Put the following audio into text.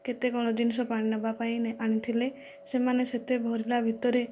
କେତେ କ'ଣ ଜିନିଷ ପାଣି ନେବା ପାଇଁ ନେଇ ଆଣିଥିଲେ ସେମାନେ ସେତେ ଭରିଲା ଭିତରେ